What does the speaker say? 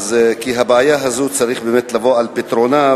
כי הבעיה הזאת צריכה באמת לבוא על פתרונה,